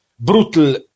brutal